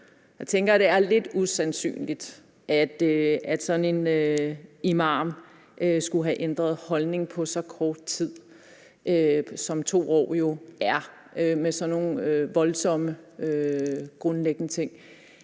tænker jeg, det er lidt usandsynligt, at sådan en imam skulle have ændret holdning på så kort tid, som 2 år jo er med sådan nogle voldsomme grundlæggende ting.